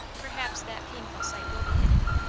perhaps that painful sight will be hidden.